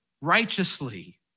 righteously